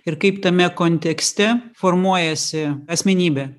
ir kaip tame kontekste formuojasi asmenybė